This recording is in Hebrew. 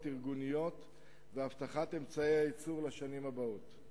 ארגוניות והבטחת אמצעי הייצור לשנים הבאות,